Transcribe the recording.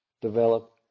develop